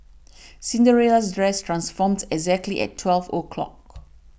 Cinderella's dress transformed exactly at twelve o' clock